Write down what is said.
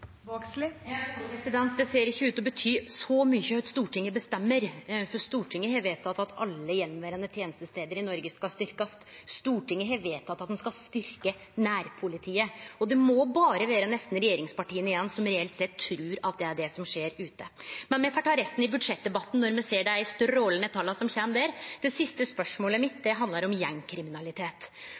Det ser ikkje ut til å bety så mykje kva Stortinget bestemmer, for Stortinget har vedteke at alle attverande tenestestader i Noreg skal styrkjast. Stortinget har vedteke at ein skal styrkje nærpolitiet. Det må vere berre regjeringspartia igjen som reelt sett trur at det er det som skjer ute, men me får ta resten i budsjettdebatten når me ser dei strålande tala som kjem der. Det siste spørsmålet mitt handlar om gjengkriminalitet,